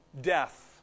death